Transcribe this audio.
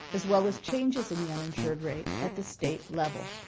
as well as changes in the uninsured rate at the state level.